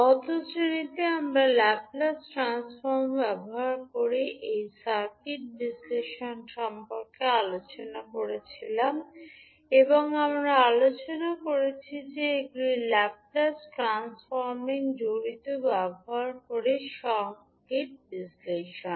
গত শ্রেণিতে আমরা ল্যাপ্লেস ট্রান্সফর্ম ব্যবহার করে এই সার্কিট বিশ্লেষণ সম্পর্কে আলোচনা করছিলাম এবং আমরা আলোচনা করেছি যে এগুলি ল্যাপ্লেস ট্রান্সফর্মিং জড়িত ব্যবহার করে সার্কিট বিশ্লেষণ